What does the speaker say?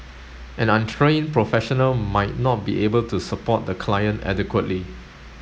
an untrained professional might not be able to support the client adequately